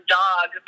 dog